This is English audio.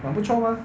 蛮不错嘛